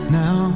now